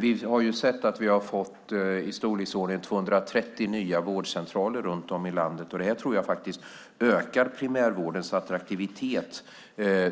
Vi har fått i storleksordningen 230 nya vårdcentraler runt om i landet, och det tror jag ökar primärvårdens attraktivitet